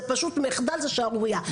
זה פשוט מחדל וזאת שערורייה.